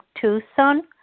Tucson